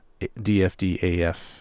DFDAF